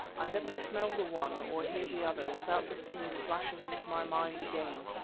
i never smell the one or hear the other without the scene flashing into my mind again,